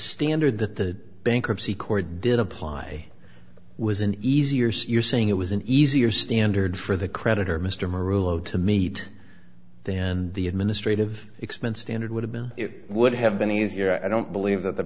standard that the bankruptcy court did apply was an easier so you're saying it was an easier standard for the creditor mr moore rouleau to meet there and the administrative expense tendered would have been it would have been easier i don't believe that the